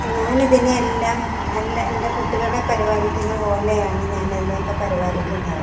ഞാൻ ഇതിനെയെല്ലാം നല്ല എൻ്റെ കുട്ടികളെ പരിപാലിക്കുന്ന പോലെയാണ് ഞാൻ അതിനെയൊക്കെ പരിപാലിക്കുന്നത്